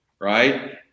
right